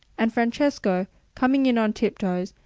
and francesco coming in on tiptoes,